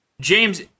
James